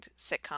sitcom